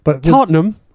Tottenham